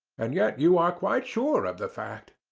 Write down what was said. and yet you are quite sure of the fact.